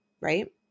right